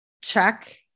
check